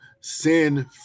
sin